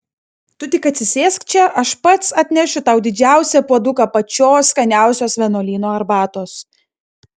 tu tik atsisėsk čia aš pats atnešiu tau didžiausią puoduką pačios skaniausios vienuolyno arbatos